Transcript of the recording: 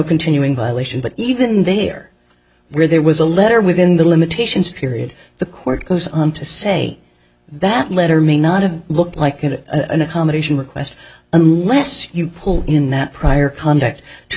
continuing violation but even there where there was a letter within the limitations period the court goes on to say that letter may not have looked like it accommodation request unless you pull in that prior conduct to